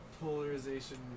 polarization